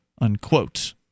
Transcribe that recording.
unquote